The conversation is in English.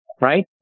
right